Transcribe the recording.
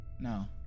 No